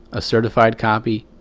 a certified copy,